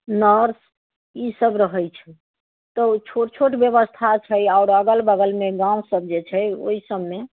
nurse ई सभ रहैत छै तऽ छोट छोट व्यवस्था छै आओर अगल बगलमे गाँव सभ जे छै ओहि सभमे